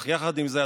אך יחד עם זה,